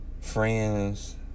friends